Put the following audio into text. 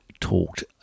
talked